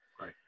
right